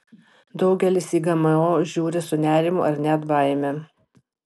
daugelis į gmo žiūri su nerimu ar net baime